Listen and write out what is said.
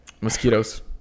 Mosquitoes